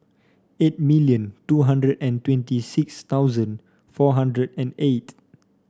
eight million two hundred and twenty six thousand four hundred and eight